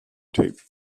tape